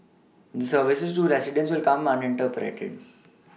services to residents will command